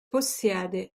possiede